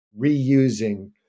reusing